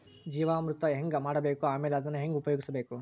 ಜೀವಾಮೃತ ಹೆಂಗ ಮಾಡಬೇಕು ಆಮೇಲೆ ಅದನ್ನ ಹೆಂಗ ಉಪಯೋಗಿಸಬೇಕು?